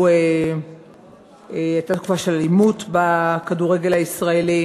הייתה תקופה של אלימות בכדורגל הישראלי.